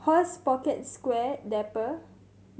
horse pocket square Dapper